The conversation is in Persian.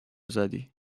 زدی